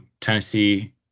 Tennessee